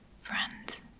friends